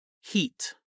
heat